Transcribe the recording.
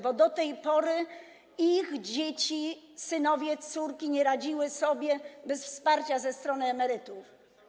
Bo do tej pory ich dzieci, synowie, córki nie radzili sobie bez wsparcia ze strony emerytów.